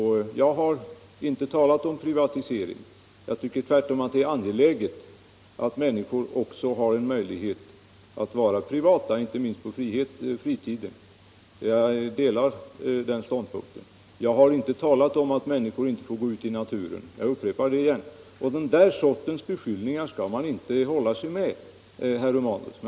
Jag har inte talat om privatisering. Jag tycker tvärtom att det är angeläget att människor också har en möjlighet att vara privata, inte minst på fritiden. Jag delar den ståndpunkten. Jag har inte talat om att människor inte får gå ut i naturen. Jag upprepar det igen. Den sortens beskyllningar skall man inte göra, herr Romanus.